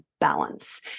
balance